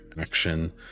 action